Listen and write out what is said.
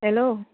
hello